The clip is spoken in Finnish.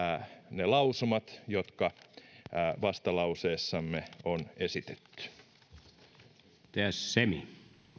ne lausumat jotka vastalauseessamme on esitetty